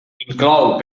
inclou